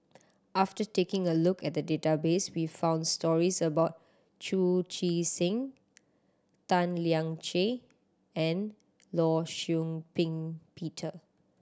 after taking a look at the database we found stories about Chu Chee Seng Tan Lian Chye and Law Shau Ping Peter